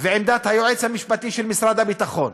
ועמדת היועץ המשפטי של משרד הביטחון,